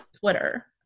Twitter